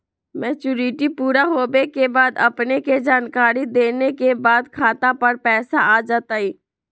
Maturity पुरा होवे के बाद अपने के जानकारी देने के बाद खाता पर पैसा आ जतई?